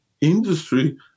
industry